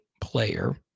player